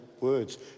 words